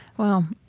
well,